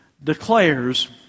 Declares